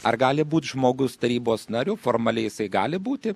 ar gali būti žmogus tarybos nariu formaliai jisai gali būti